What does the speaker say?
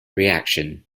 reaction